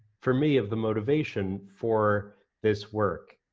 for me, of the motivation for this work.